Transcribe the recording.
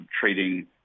trading